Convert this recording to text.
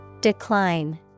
Decline